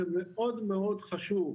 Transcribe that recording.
זה מאוד מאוד חשוב.